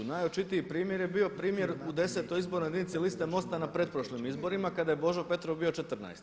Najočitiji primjer je bio primjer u 10. izbornoj jedinici liste MOST-a na pretprošlim izborima kada je Božo Petrov bio 14.